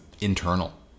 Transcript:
internal